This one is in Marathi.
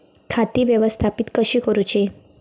खाती व्यवस्थापित कशी करूची?